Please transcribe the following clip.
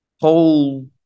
whole